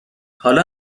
حالا